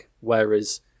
whereas